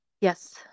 Yes